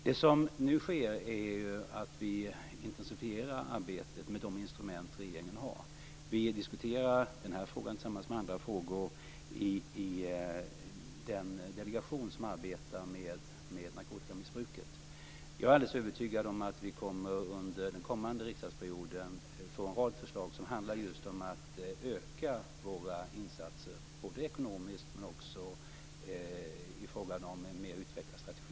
Det som nu sker är att vi intensifierar arbetet med de instrument regeringen har. Vi diskuterar den här frågan, tillsammans med andra frågor, i den delegation som arbetar med narkotikamissbruket. Jag är alldeles övertygad om att vi under den kommande riksdagsperioden kommer att få en rad förslag som handlar just om att öka våra insatser, både ekonomiskt och i fråga om en mer utvecklad strategi.